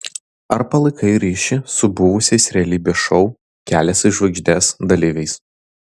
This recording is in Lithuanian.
ar palaikai ryšį su buvusiais realybės šou kelias į žvaigždes dalyviais